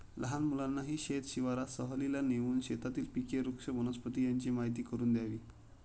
लहान मुलांनाही शेत शिवारात सहलीला नेऊन शेतातील पिके, वृक्ष, वनस्पती यांची माहीती करून द्यावी